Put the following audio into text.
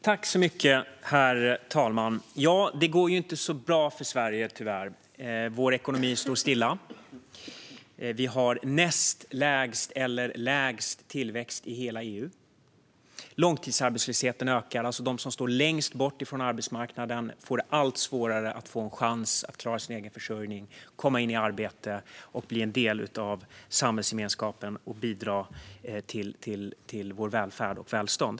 Herr talman! Det går tyvärr inte så bra för Sverige. Vår ekonomi står stilla. Vi har näst lägst eller lägst tillväxt i hela EU. Långtidsarbetslösheten ökar. De som står längst från arbetsmarknaden får det allt svårare att få en chans att klara sin egen försörjning, komma in i arbete, bli en del av samhällsgemenskapen och bidra till vår välfärd och vårt välstånd.